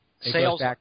sales